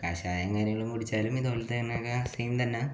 കഷായം കാര്യങ്ങളൊക്കെ കുടിച്ചാലും ഇത് പോലത്തെ തന്നെ ആ സെയിം തന്നെ